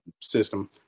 system